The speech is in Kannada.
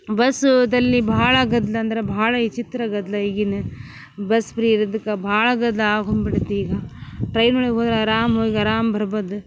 ಬಸ್ಸುದಲ್ಲಿ ಬಹಳ ಗದ್ದಲ ಅಂದ್ರ ಭಾಳ ವಿಚಿತ್ರ ಗದ್ದಲ ಈಗಿನ ಬಸ್ ಫ್ರೀ ಇರೋದಕ್ಕ ಭಾಳ ಗದ್ದಲ ಆಗೊಂಬಿಡತಿ ಈಗ ಟ್ರೈನ್ ಒಳಗ ಹೋದ್ರ ಅರಾಮು ಹೋಗಿ ಅರಾಮು ಬರ್ಬೋದ